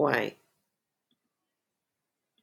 y \displaystyle \ \forall x\exists yRxy yRxy